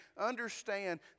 understand